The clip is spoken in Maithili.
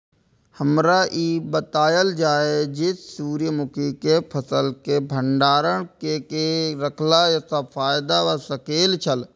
हमरा ई बतायल जाए जे सूर्य मुखी केय फसल केय भंडारण केय के रखला सं फायदा भ सकेय छल?